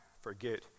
forget